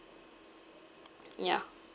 yeah